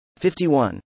51